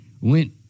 went